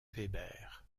weber